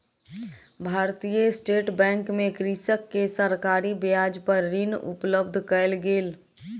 भारतीय state bank मे कृषक के सरकारी ब्याज पर ऋण उपलब्ध कयल गेल